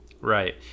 right